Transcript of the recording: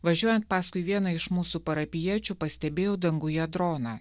važiuojant paskui vieną iš mūsų parapijiečių pastebėjau danguje droną